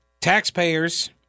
taxpayers